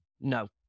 no